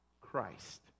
Christ